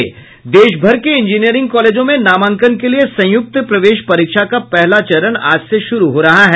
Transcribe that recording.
देशभर के इंजीनियरिंग कॉलेजों में नामांकन के लिए संयुक्त प्रवेश परीक्षा का पहला चरण आज से शुरू हो रहा है